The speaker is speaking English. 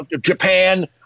Japan